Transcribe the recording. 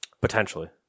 Potentially